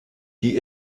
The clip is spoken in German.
die